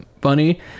funny